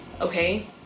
Okay